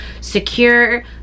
secure